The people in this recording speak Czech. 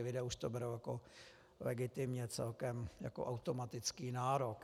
Lidé už to berou legitimně celkem jako automatický nárok.